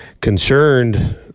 concerned